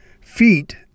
feet